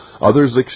Others